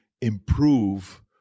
improve